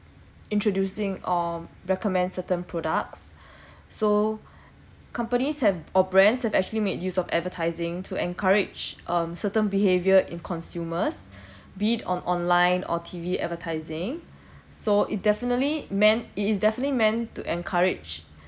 introducing or recommend certain products so companies have or brands have actually made use of advertising to encourage um certain behaviour in consumers be it on online or T_V advertising so it definitely meant it it's definitely meant to encourage